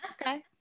Okay